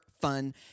fun